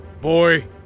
Boy